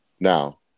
Now